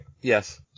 Yes